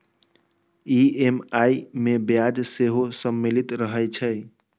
EMI मे ब्याज सेहो सम्मिलित रहै छै